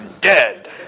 dead